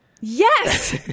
Yes